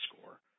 score